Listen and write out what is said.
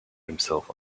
himself